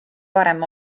parem